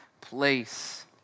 place